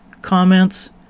Comments